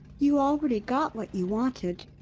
you already got what you wanted.